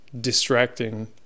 distracting